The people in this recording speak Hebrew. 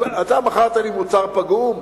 אתה מכרת לי מוצר פגום?